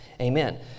Amen